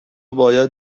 باید